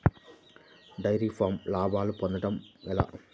Dairy ఫామ్లో లాభాలు పొందడం ఎలా?